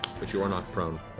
but you are knocked prone.